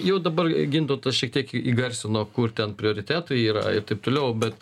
jau dabar gintautas šiek tiek įgarsino kur ten prioritetai yra ir taip toliau bet